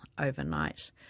overnight